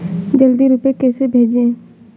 जल्दी रूपए कैसे भेजें?